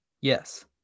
Yes